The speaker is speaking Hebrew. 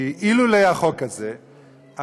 כי אילולא החוק הזה הוועדה,